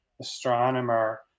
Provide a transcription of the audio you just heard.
astronomer